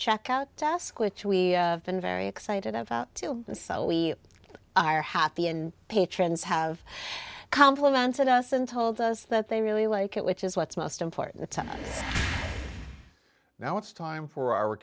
check out task which we have been very excited about and so we are happy in patrons have complimented us and told us that they really like it which is what's most important now it's time for our